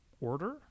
order